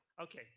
Okay